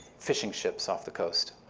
fishing ships off the coast,